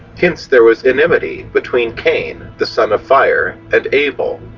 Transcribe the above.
hence there was enmity between cain, the son of fire, and abel,